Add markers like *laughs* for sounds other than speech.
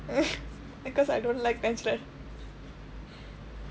*laughs* because I don't like natural